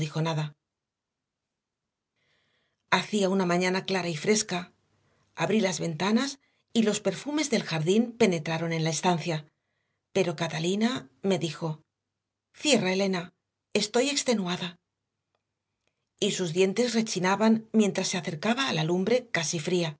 nada hacía una mañana clara y fresca abrí las ventanas y los perfumes del jardín penetraron en la estancia pero catalina me dijo cierra elena estoy extenuada y sus dientes rechinaban mientras se acercaba a la lumbre casi fría